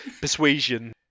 persuasion